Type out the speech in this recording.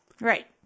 Right